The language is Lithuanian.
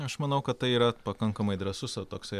aš manau kad tai yra pakankamai drąsus toksai